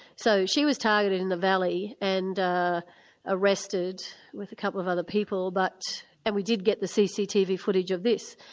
so she was targeted in the valley and arrested with a couple of other people, but and we did get the cctv footage of this.